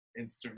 instagram